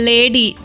Lady